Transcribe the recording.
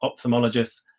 Ophthalmologists